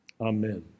Amen